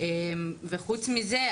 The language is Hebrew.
חוץ מזה,